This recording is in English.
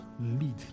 lead